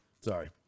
Sorry